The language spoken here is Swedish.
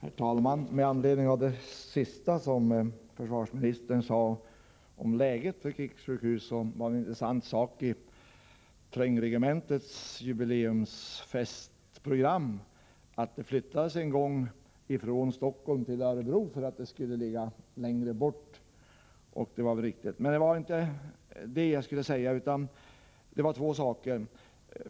Herr talman! Med anledning av det sista som försvarsministern sade om läget för krigssjukhusen vill jag nämna en intressant uppgift i festprogrammet från trängregementets jubileum, nämligen att detta regemente en gång flyttades från Stockholm till Örebro för att ligga längre bort från händelsernas centrum. Det var väl också en riktig tanke. Men det var inte det utan två andra saker som jag begärde ordet för att säga.